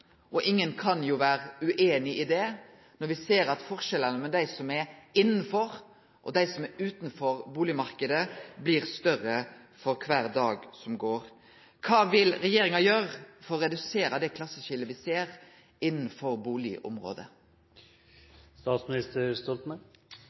Ingen kan jo vere ueinige i det, men me ser at forskjellane mellom dei som er innanfor, og dei som er utanfor bustadmarknaden, blir større for kvar dag som går. Kva vil regjeringa gjere for å redusere det klasseskiljet som me ser innanfor